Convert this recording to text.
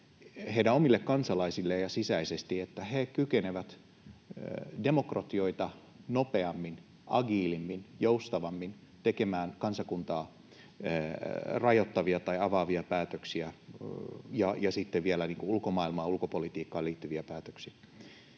heidän omille kansalaisilleen ja sisäisesti, että he kykenevät demokratioita nopeammin, agiilimmin, joustavammin tekemään kansakuntaa rajoittavia tai avaavia päätöksiä ja sitten vielä ulkomaailmaan, ulkopolitiikkaan liittyviä päätöksiä.